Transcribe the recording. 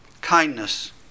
kindness